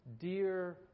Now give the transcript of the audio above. dear